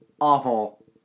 awful